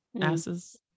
asses